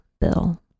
bill